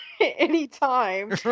anytime